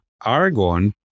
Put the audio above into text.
argon